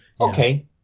Okay